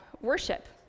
worship